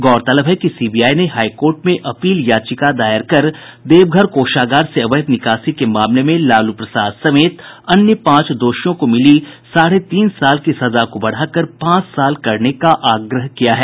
गौरतलब है कि सीबीआई ने हाईकोर्ट में अपील याचिका दायर कर देवघर कोषागार से अवैध निकासी के मामले में लालू प्रसाद समेत अन्य पांच दोषियों को मिली साढ़े तीन साल की सजा को बढ़ाकर पांच साल करने का आग्रह किया है